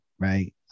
Right